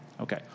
Okay